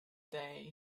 day